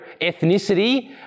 ethnicity